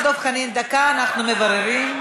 דב חנין, דקה, אנחנו מבררים.